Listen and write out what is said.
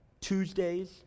Tuesdays